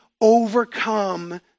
overcome